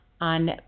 on